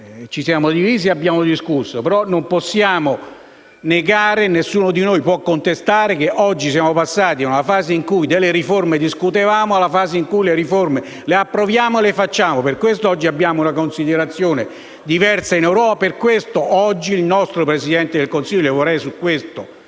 ci siamo divisi ed abbiamo discusso; però non possiamo negare e nessuno di noi può contestare il fatto che oggi siamo passati da una fase in cui discutevamo delle riforme ad una fase in cui le riforme le approviamo e le facciamo. Per questo oggi abbiamo una considerazione diversa in Europa e per questo oggi il nostro Presidente del Consiglio - e vorrei che